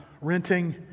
renting